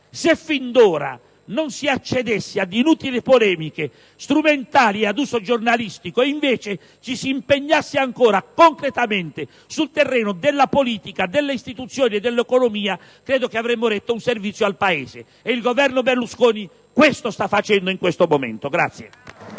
se fin d'ora non si accedesse ad inutili polemiche strumentali e ad uso giornalistico ma invece ci si impegnasse ancora, concretamente, sul terreno della politica, delle istituzioni e dell'economia, credo che renderemmo un servizio al Paese. E questo il Governo Berlusconi sta facendo in questo momento.